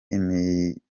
imyirondoro